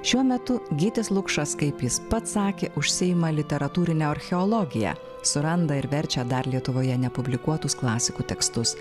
šiuo metu gytis lukšas kaip jis pats sakė užsiima literatūrine archeologija suranda ir verčia dar lietuvoje nepublikuotus klasikų tekstus